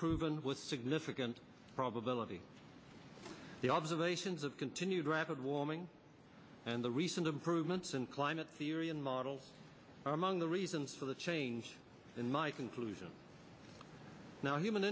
proven with significant probability the observations of continued rapid warming and the recent improvements in climate theory and models are among the reasons for the change in my conclusion now human